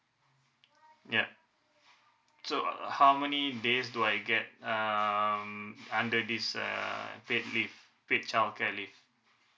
yup so uh how many days do I get um under this err paid leave paid childcare leave